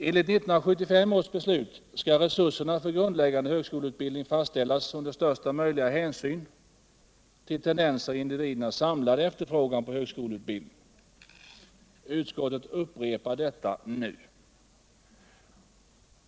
Enligt 1975 års beslut skall resurserna för grundläggande högskoleutbildning faställas under största möjliga hänsyn till tendenser i individernas samlade efterfrågan på högskoleutbildning. Utskottet upprepar detta nu.